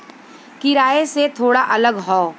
किराए से थोड़ा अलग हौ